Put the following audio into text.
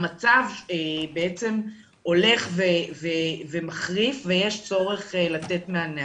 המצב הולך ומחריף, ויש צורך לתת מענה.